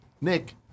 Nick